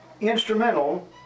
instrumental